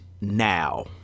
now